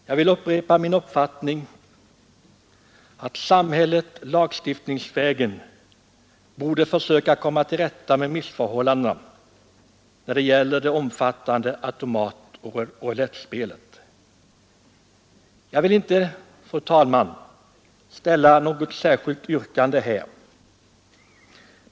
Jag vill upprepa min uppfattning att samhället lagstiftningsvägen borde försöka komma till rätta med missförhållandena när det gäller det omfattande automatoch roulettspelet. Jag vill inte, fru talman, ställa något särskilt yrkande.